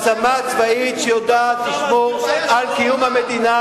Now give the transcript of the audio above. מעצמה צבאית, שיודעת לשמור על קיום המדינה